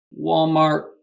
Walmart